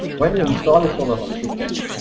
when we install the solar home system,